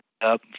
up